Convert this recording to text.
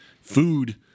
food